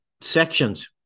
sections